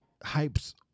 Hypes